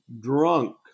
drunk